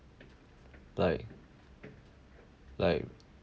like like